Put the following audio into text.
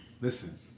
listen